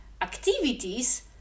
activities